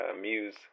muse